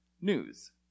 news